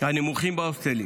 הנמוכים בהוסטלים,